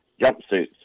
jumpsuits